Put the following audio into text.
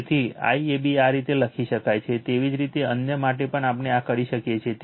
તેથી IAB આ રીતે લખી શકાય છે તેવી જ રીતે અન્ય માટે પણ આપણે આ કરી શકીએ છીએ